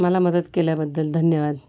मला मदत केल्याबद्दल धन्यवाद